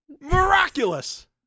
Miraculous